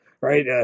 right